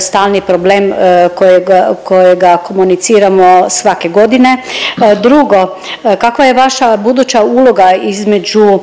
stalni problem kojega, kojega komuniciramo svake godine? Drugo, kakva je vaša buduća uloga između